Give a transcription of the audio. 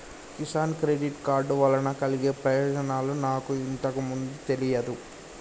Kisan credit card వలన కలిగే ప్రయోజనాలు నాకు ఇంతకు ముందు తెలియదు